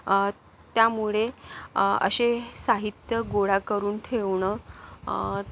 त्यामुळे असे साहित्य गोळा करून ठेवणं